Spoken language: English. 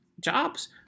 jobs